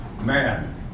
man